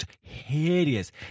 hideous